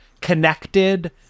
connected